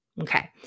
Okay